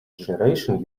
generation